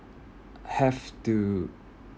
have to